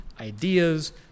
ideas